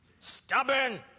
stubborn